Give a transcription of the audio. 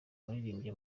waririmbye